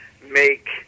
make